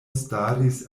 staris